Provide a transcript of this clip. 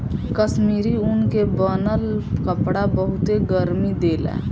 कश्मीरी ऊन के बनल कपड़ा बहुते गरमि देला